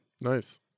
Nice